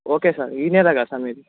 okay sir ఇక్కడే కదా sir మీరు